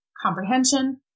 comprehension